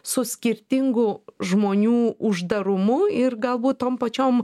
su skirtingų žmonių uždarumu ir galbūt tom pačiom